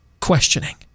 questioning